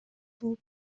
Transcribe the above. болуп